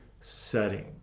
setting